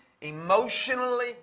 emotionally